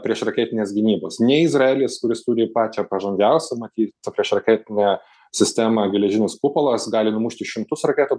priešraketinės gynybos nei izraelis kuris turi pačią pažangiausią matyt priešraketinę sistemą geležinis kupolas gali numušti šimtus raketų